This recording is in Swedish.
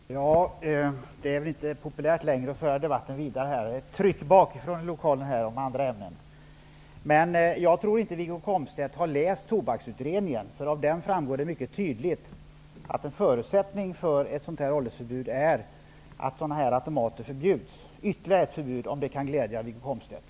Fru talman! Det är nog inte längre populärt att debatten går vidare. Det finns ett tryck här i lokalen från dem som vill gå över till andra ämnen. Jag tror inte att Wiggo Komstedt har läst tobaksutredningen. Av den framgår det mycket tydligt att en förutsättning för föreslagna åldersförbud är att sådana här automater förbjuds -- alltså ytterligare ett förbud, om det nu kan glädja Wiggo Komstedt.